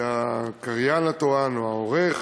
והקריין התורן או העורך